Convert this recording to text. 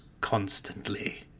constantly